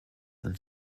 and